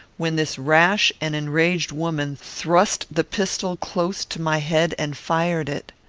when this rash and enraged woman thrust the pistol close to my head and fired it.